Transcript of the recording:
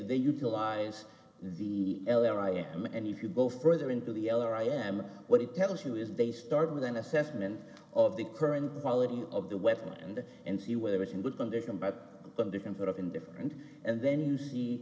they utilize the l there i am and if you go further into the other i am what it tells you is they start with an assessment of the current quality of the weapon and and see whether it's in good condition but in different sort of indifferent and then you see